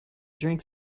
drink